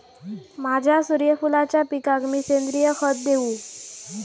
माझ्या सूर्यफुलाच्या पिकाक मी सेंद्रिय खत देवू?